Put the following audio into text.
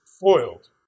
foiled